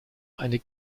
eine